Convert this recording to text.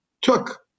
took